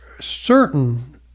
certain